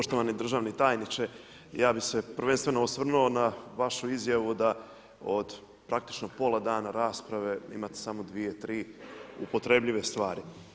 Poštovani državni tajniče, ja bi se prvenstveno osvrnuo na vašu izjavu da od praktično pola dana rasprave imate samo dvije-tri upotrebljive stvari.